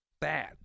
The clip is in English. bad